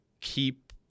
keep